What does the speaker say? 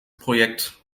projekt